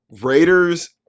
Raiders